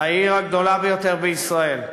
העיר הגדולה ביותר בישראל.